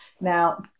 Now